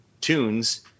tunes